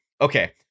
okay